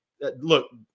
look